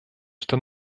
что